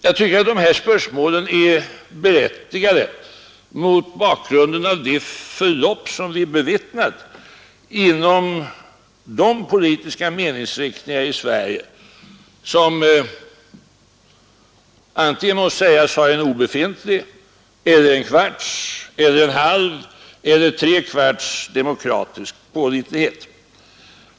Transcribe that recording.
Jag tycker att de här spörsmålen är berättigade mot bakgrunden av det förlopp vi bevittnat inom de politiska meningsriktningar i Sverige som antingen måste sägas ha obefintlig, en kvarts, en halv eller tre fjärdedels demokratisk pålitlighet.